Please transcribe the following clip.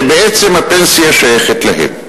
שבעצם הפנסיה שייכת להם.